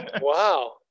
Wow